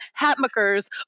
Hatmaker's